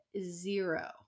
zero